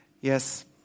Yes